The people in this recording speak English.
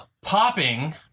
popping